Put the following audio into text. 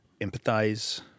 empathize